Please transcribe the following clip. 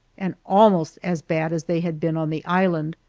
and almost as bad as they had been on the island,